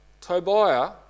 Tobiah